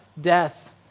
death